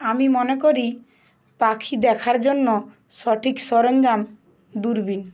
আমি মনে করি পাখি দেখার জন্য সঠিক সরঞ্জাম দূরবীন